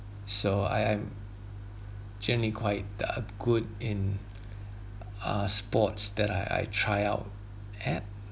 so I I'm generally quite uh good in uh sports that I I try out at